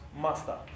master